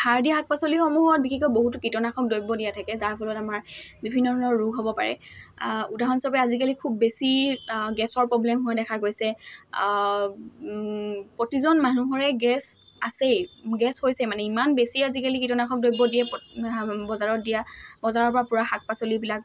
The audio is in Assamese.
সাৰ দিয়া শাক পাচলিসমূহত বিশেষকৈ বহুতো কীটনাশক দ্ৰব্য দিয়া থাকে যাৰ ফলত আমাৰ বিভিন্ন ধৰণৰ ৰোগ হ'ব পাৰে উদাহৰণস্বৰূপে আজিকালি খুব বেছি গেছৰ প্ৰব্লেম হোৱা দেখা গৈছে প্ৰতিজন মানুহৰে গেছ আছেই গেছ হৈছে মানে ইমান বেছি আজিকালি কীটনাশক দ্ৰব্য দিয়ে বজাৰত দিয়া বজাৰৰ পৰা পূৰা শাক পাচলিবিলাক